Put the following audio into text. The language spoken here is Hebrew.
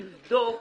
לבדוק,